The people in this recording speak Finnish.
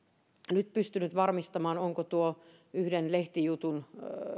nyt pystynyt varmistamaan ovatko tuon yhden lehtijutun